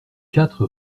quatre